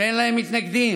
שאין להם מתנגדים.